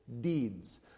deeds